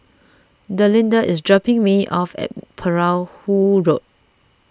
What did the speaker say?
Delinda is dropping me off at Perahu Road